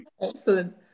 Excellent